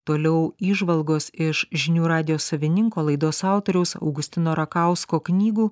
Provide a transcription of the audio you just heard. toliau įžvalgos iš žinių radijo savininko laidos autoriaus augustino rakausko knygų